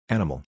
Animal